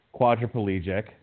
quadriplegic